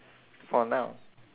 for now